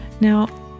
Now